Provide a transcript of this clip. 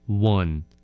One